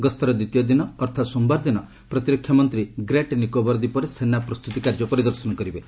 ଗସ୍ତର ଦ୍ୱିତୀୟ ଦିନ ଅର୍ଥାତ୍ ସୋମବାରଦିନ ପ୍ରତିରକ୍ଷା ମନ୍ତ୍ରୀ ଗ୍ରେଟ୍ ନିକୋବର ଦ୍ୱୀପରେ ସେନା ପ୍ରସ୍ତୁତି କାର୍ଯ୍ୟ ପରିଦର୍ଶନ କରିବେ